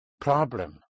problem